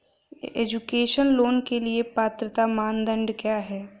Education loan के लिए पात्रता मानदंड क्या है?